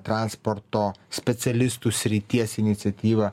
transporto specialistų srities iniciatyva